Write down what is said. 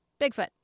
Bigfoot